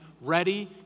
ready